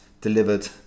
delivered